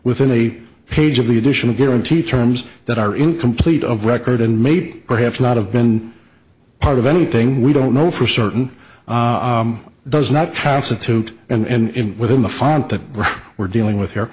within a page of the additional guarantee terms that are incomplete of record and may perhaps not have been part of anything we don't know for certain does not constitute and in within the font that we're dealing with here